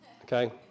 Okay